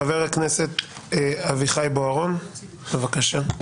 חבר הכנסת אביחי בוארון, בבקשה.